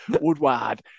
Woodward